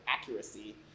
accuracy